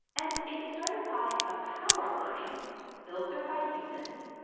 and if it started by a power line built there by humans,